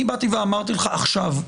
באתי ואמרתי לך שעכשיו,